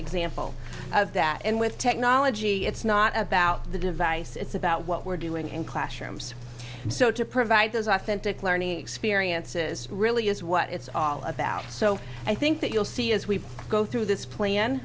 example of that and with technology it's not about the device it's about what we're doing in classrooms so to provide those authentic learning experiences really is what it's all about so i think you'll see as we go through this pla